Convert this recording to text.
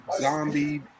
zombie